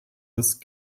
ist